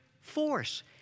force